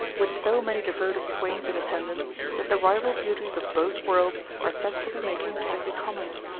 with so many devoted swains in attendance that the rival beauties of both worlds are said to be making catty comments.